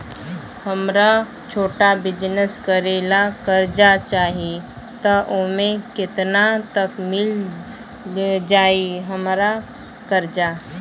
हमरा छोटा बिजनेस करे ला कर्जा चाहि त ओमे केतना तक मिल जायी हमरा कर्जा?